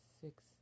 six